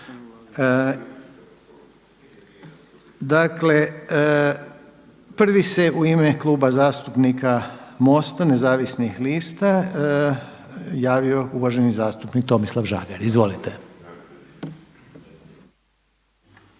Dakle prvi se u ime Kluba zastupnika MOST-a nezavisnih lista javio uvaženi zastupnik Tomislav Žagar. Izvolite.